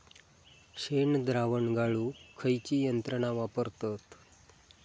शेणद्रावण गाळूक खयची यंत्रणा वापरतत?